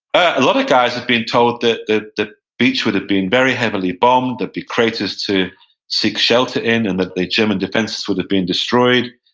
a lot of guys had been told that the the beach would have been very heavily bombed. there'd be craters to seek shelter in. and that the german defenses would have been destroyed,